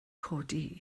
codi